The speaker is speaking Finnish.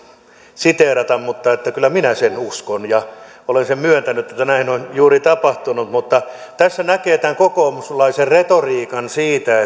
siteerata mutta kyllä minä sen uskon ja olen sen myöntänyt että näin juuri on tapahtunut mutta tässä näkee tämän kokoomuslaisen retoriikan siitä